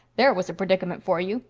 there was a predicament for you.